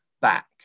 back